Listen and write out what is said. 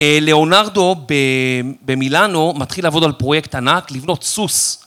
ליאונרדו במילאנו מתחיל לעבוד על פרויקט ענק לבנות סוס.